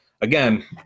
again